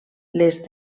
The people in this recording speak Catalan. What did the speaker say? les